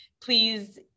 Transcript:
Please